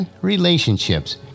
Relationships